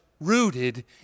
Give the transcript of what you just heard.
rooted